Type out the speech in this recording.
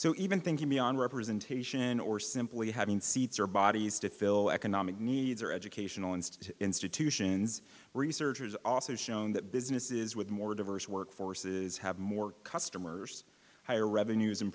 so even thinking beyond representation or simply having seats or bodies to fill economic needs or educational institution institutions researchers also shown that businesses with more diverse workforce is have more customers higher revenues and